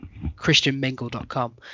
ChristianMingle.com